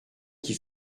qui